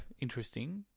interesting